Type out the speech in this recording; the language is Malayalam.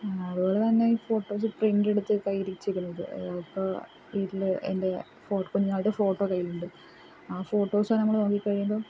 അതുപോലെ തന്നെ ഈ ഫോട്ടോസ് പ്രിന്റ് എടുത്ത് കയ്യിൽ വച്ചിരിക്കുന്നത് ഇപ്പോൾ വീട്ടിൽ എൻ്റെ കുഞ്ഞുങ്ങളുടെ ഫോട്ടോ കയ്യിലുണ്ട് ആ ഫോട്ടോസ് തന്നെ നമ്മൾ നോക്കി കഴിയുമ്പം